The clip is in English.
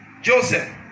Joseph